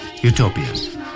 Utopias